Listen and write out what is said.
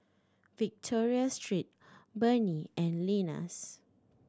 Victoria Secret Burnie and Lenas